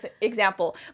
example